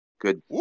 Good